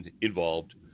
involved